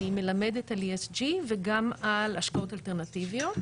אני מלמדת על ESG וגם על השקעות אלטרנטיבות